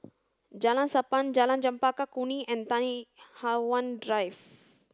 Jalan Sappan Jalan Chempaka Kuning and Tai Hwan Drive